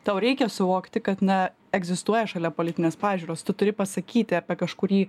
tau reikia suvokti kad na egzistuoja šalia politinės pažiūros tu turi pasakyti apie kažkurį